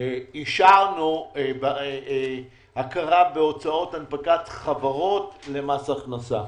אישרה הכרה בהוצאות הנפקת חברות למס הכנסה.